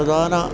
പ്രധാന